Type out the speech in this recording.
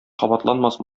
кабатланмас